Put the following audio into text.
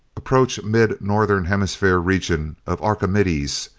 approach mid-northern hemisphere region of archimedes,